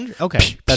Okay